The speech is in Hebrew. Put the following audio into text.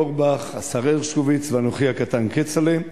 אורי אורבך, השר הרשקוביץ ואנוכי הקטן כצל'ה.